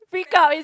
freak out is